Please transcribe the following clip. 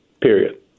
Period